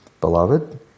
Beloved